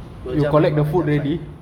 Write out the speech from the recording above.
dua jam memang ajak fight